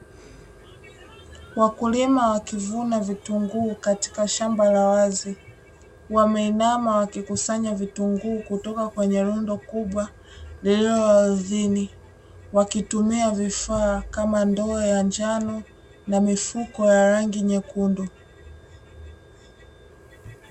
Wakulima wakivuna vitunguu katika shamba la wazi wameinama wakikusanya vitunguu kutoka kwenye rundo kubwa lililo ardhini, wakitumia vifaa kama ndoo ya njano na mifuko ya rangi nyekundu.